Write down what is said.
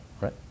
Right